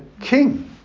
king